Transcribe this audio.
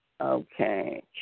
Okay